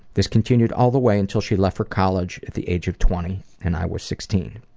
this continued all the way until she left for college at the age of twenty, and i was sixteen.